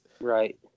right